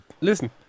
listen